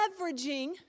leveraging